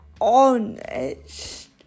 honest